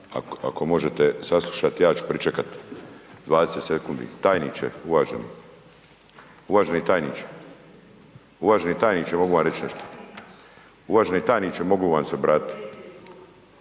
ako možete saslušati, ja ću pričekati 20 sekundi. Tajniče, uvaženi. Uvaženi tajniče, uvaženi tajniče, mogu vam reći nešto. Uvaženi tajniče, mogu vam se obratiti?